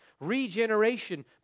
Regeneration